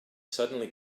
suddenly